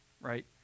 right